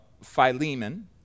Philemon